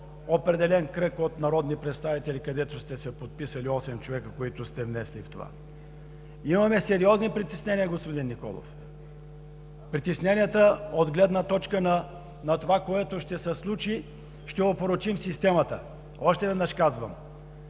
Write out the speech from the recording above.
определен кръг от народни представители, които сте се подписали – осем човека, внесли това. Имаме сериозни притеснения, господин Николов. Притесненията са от гледна точка на това, което ще се случи – ще опорочим системата. Още веднъж казвам: